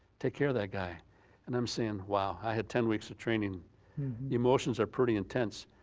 take care of that guy and i'm saying wow, i had ten weeks of training the emotions are pretty intense,